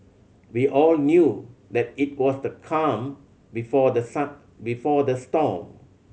we all knew that it was the calm before the before the storm